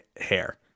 hair